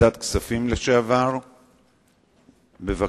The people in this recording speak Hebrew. ועדת הכספים לשעבר, בבקשה.